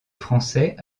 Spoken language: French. français